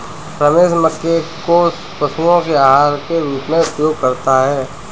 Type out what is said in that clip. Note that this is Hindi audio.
रमेश मक्के को पशुओं के आहार के रूप में उपयोग करता है